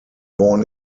born